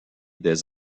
des